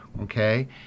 okay